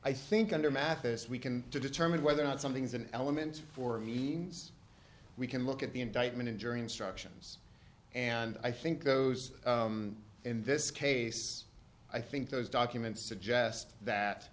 i think under mathis we can to determine whether or not something is an element for means we can look at the indictment in jury instructions and i think those in this case i think those documents suggest that